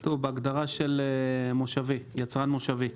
כתוב בהגדרה של יצרן מושבי.